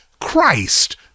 Christ